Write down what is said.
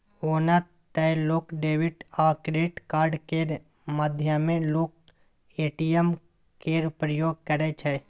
ओना तए लोक डेबिट आ क्रेडिट कार्ड केर माध्यमे लोक ए.टी.एम केर प्रयोग करै छै